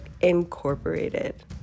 Incorporated